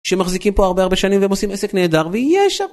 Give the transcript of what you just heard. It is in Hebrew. שמחזיקים פה הרבה הרבה שנים והם עושים עסק נהדר ויש...